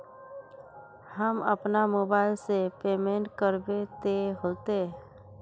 हम अपना मोबाईल से पेमेंट करबे ते होते?